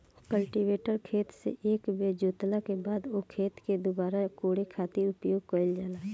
cultivator खेत से एक बेर जोतला के बाद ओ खेत के दुबारा कोड़े खातिर उपयोग कईल जाला